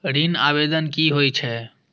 ऋण आवेदन की होय छै?